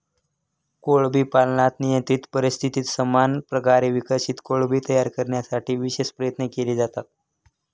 कोळंबी पालनात नियंत्रित परिस्थितीत समान प्रकारे विकसित कोळंबी तयार करण्यासाठी विशेष प्रयत्न केले जातात